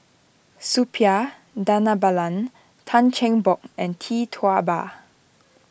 Suppiah Dhanabalan Tan Cheng Bock and Tee Tua Ba